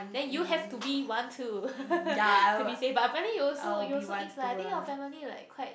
then you have to be one too to be safe but apparently you also you also is lah I think your family like quite